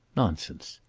nonsense.